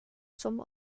some